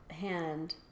hand